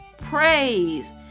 praise